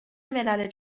ملل